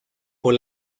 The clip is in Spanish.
por